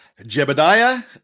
Jebediah